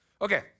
Okay